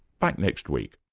back next week